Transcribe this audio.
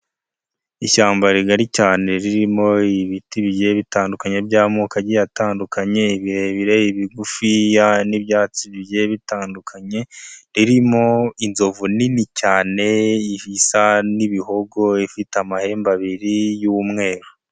Ishyamba rigari cyane ririmo ibiti bigiye bitandukanye by'amoko agiye atandukanye, ibirebire bigufiya n'ibyatsi bigiye bitandukanye, ririmo inzovu nini cyane isa n'ibihogo, ifite amahembe abiri y'umweru.